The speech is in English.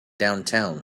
downtown